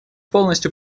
полностью